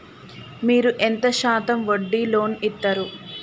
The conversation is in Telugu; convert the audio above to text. మీరు ఎంత శాతం వడ్డీ లోన్ ఇత్తరు?